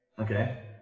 Okay